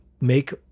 make